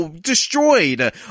destroyed